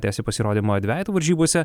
tęsė pasirodymą dvejetų varžybose